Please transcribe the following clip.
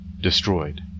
destroyed